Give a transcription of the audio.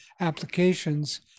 applications